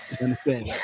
Understand